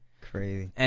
Crazy